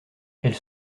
elles